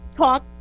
Talk